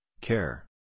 care